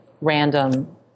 random